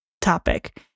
topic